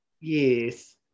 Yes